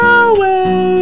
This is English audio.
away